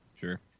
Sure